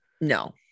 No